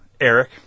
Eric